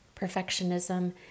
perfectionism